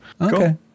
Okay